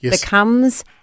becomes